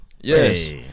Yes